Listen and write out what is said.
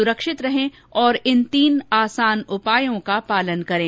सुरक्षित रहें और इन तीन आसान उपायों का पालन करें